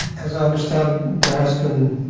as i understand there has been